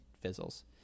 fizzles